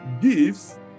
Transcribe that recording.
gifts